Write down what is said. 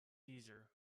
caesar